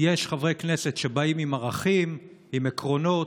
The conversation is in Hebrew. יש חברי כנסת שבאים עם ערכים, עם עקרונות,